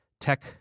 Tech